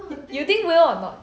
you think will or not